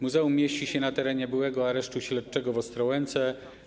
Muzeum mieści się na terenie byłego aresztu śledczego w Ostrołęce.